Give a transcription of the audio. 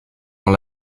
dans